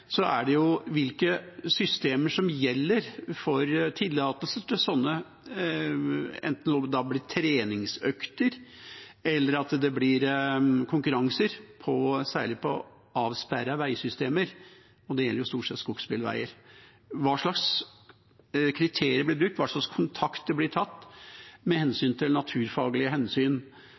hvilke systemer som gjelder for tillatelse til enten treningsøkter eller konkurranser, særlig på avsperrede veisystemer, og det gjelder jo stort sett skogsbilveier. Hva slags kriterier blir brukt? Hva slags kontakter blir tatt med hensyn til naturfaglige hensyn?